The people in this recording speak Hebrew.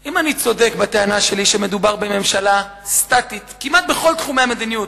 אם אני צודק בטענה שלי שמדובר בממשלה סטטית כמעט בכל תחומי המדיניות,